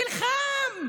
נלחם,